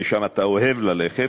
שלשם אתה אוהב ללכת.